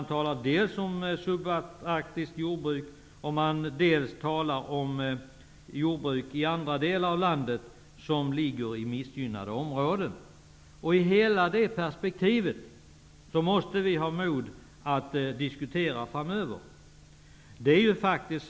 Det talas dels om subarktiskt jordbruk, dels om jordbruk i missgynnade områden i andra delar av landet. Vi måste framöver ha mod att diskutera hela det perspektivet.